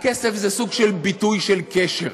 הכסף זה סוג של ביטוי של קשר.